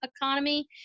economy